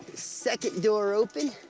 second door open,